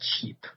cheap